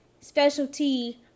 specialty